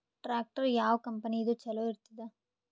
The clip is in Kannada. ಟ್ಟ್ರ್ಯಾಕ್ಟರ್ ಯಾವ ಕಂಪನಿದು ಚಲೋ ಇರತದ?